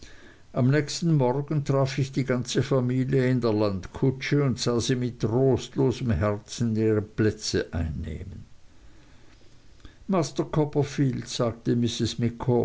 am nächsten morgen traf ich die ganze familie in der landkutsche und sah sie mit trostlosem herzen ihre plätze einnehmen master copperfield sagte mrs